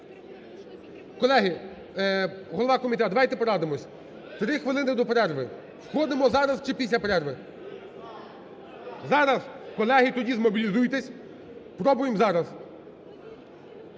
Колеги, голова комітету, давайте порадимось, три хвилини до перерви, входимо зараз чи після перерви? Зараз? Колеги, тоді змобілізуйтесь, пробуємо зараз.